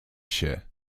się